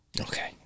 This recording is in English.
Okay